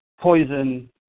poison